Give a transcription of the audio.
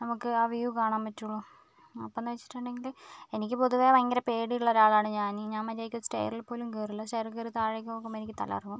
നമുക്ക് ആ വ്യൂ കാണാൻ പറ്റുകയുള്ളൂ അപ്പോഴെന്ന് വെച്ചിട്ടുണ്ടെങ്കിൽ എനിക്ക് പൊതുവേ ഭയങ്കര പേടിയുള്ള ഒരാളാണ് ഞാൻ ഞാൻ മര്യാദയ്ക്ക് സ്റ്റേയറിൽ പോലും കയറില്ല സ്റ്റേയറിൽ കയറി താഴേക്ക് നോക്കുമ്പോൾ എനിക്ക് തല കറങ്ങും